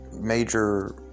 major